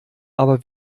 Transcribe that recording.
aber